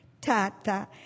Tata